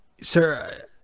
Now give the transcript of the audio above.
sir